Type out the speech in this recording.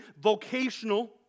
vocational